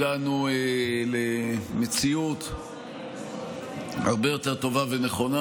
הגענו למציאות הרבה יותר טובה ונכונה,